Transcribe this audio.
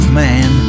man